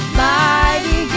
mighty